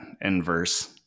inverse